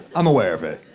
i'm aware of it.